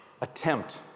Attempt